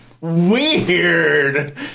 Weird